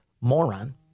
moron